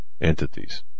entities